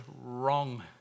wrong